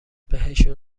بهشون